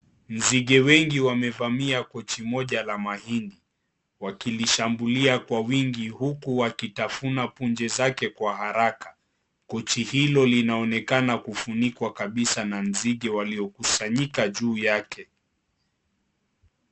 Nzige wengi wamevamia Kochi moja la mahindi, wakilishambulia kwa uwingi huku wakitafuna punje zake kwa haraka, kochi hilo linaonekana kufunikwa kabiza na nzige waliokusanyika juu yake.